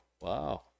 Wow